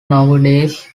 nowadays